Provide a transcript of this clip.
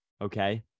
Okay